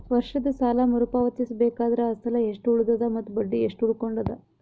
ವರ್ಷದ ಸಾಲಾ ಮರು ಪಾವತಿಸಬೇಕಾದರ ಅಸಲ ಎಷ್ಟ ಉಳದದ ಮತ್ತ ಬಡ್ಡಿ ಎಷ್ಟ ಉಳಕೊಂಡದ?